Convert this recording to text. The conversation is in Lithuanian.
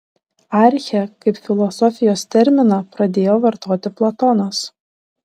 archę kaip filosofijos terminą pradėjo vartoti platonas